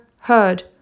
heard